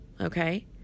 Okay